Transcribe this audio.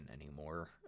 anymore